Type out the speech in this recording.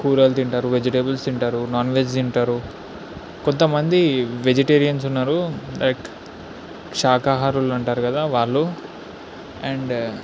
కూరలు తింటారు వెజిటేబుల్స్ తింటారు నాన్ వెజ్ తింటారు కొంతమంది వెజిటేరియన్సు ఉన్నారు లైక్ శాఖాహారులు ఉంటారు కదా వాళ్ళు అండ్